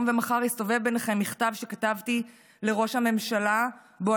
היום ומחר יסתובב ביניכם מכתב שכתבתי לראש הממשלה ובו